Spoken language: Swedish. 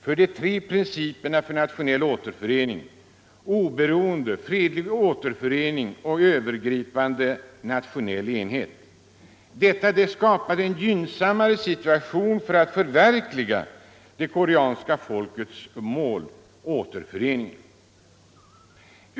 för de tre principerna Nr 141 för nationell återförening: oberoende, fredlig återförening och övergri Onsdagen den pande nationell enighet. Detta skapade en gynnsammare situation för 11 december 1974 att förverkliga det koreanska folkets mål, återföreningen.